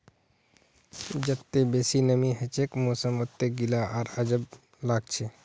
जत्ते बेसी नमीं हछे मौसम वत्ते गीला आर अजब लागछे